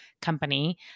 company